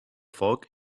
foc